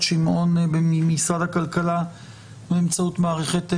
שמעון ממשרד הכלכלה באמצעות מערכת הזום.